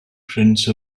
prince